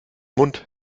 mund